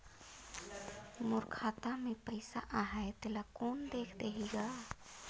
मोर खाता मे पइसा आहाय तेला कोन देख देही गा?